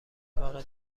طبقه